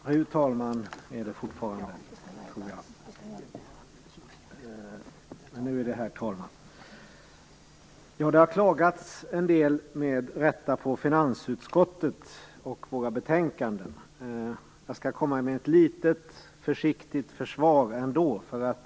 Fru talman! Det har med rätta klagats en del på finansutskottet och våra betänkanden. Jag skall ändå komma med ett litet, försiktigt försvar.